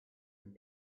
and